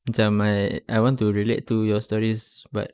macam like I want to relate to your stories but